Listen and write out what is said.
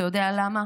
אתה יודע למה?